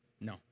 No